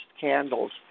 candles